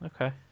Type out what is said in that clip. Okay